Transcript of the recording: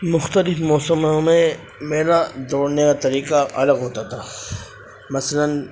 مختلف موسموں میں میرا دوڑنے کا طریقہ الگ ہوتا تھا مثلاً